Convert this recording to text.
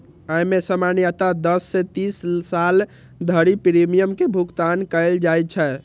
अय मे सामान्यतः दस सं तीस साल धरि प्रीमियम के भुगतान कैल जाइ छै